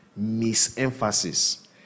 misemphasis